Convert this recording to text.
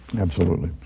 absolutely.